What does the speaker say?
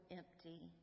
empty